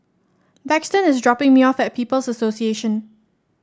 Daxton is dropping me off at People's Association